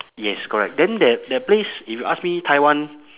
yes correct then there that place if you ask me taiwan